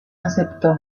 aceptó